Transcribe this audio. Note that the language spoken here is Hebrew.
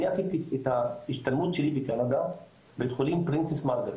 אני עשיתי את ההשתלמות שלי בקנדה בבית חולים "פרינסס מרגרט",